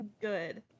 Good